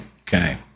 okay